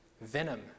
venom